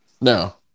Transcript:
No